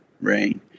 rain